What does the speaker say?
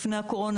לפני הקורונה,